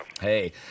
Hey